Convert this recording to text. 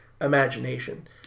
imagination